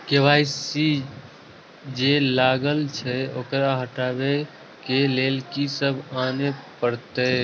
KYC जे लागल छै ओकरा हटाबै के लैल की सब आने परतै?